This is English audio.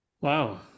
Wow